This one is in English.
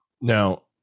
Now